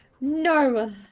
Normal